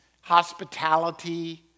hospitality